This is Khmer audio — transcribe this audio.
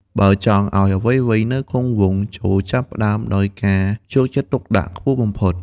បើចង់ឱ្យអ្វីៗនៅគង់វង្ស ចូរចាប់ផ្ដើមដោយការយកចិត្តទុកដាក់ខ្ពស់បំផុត។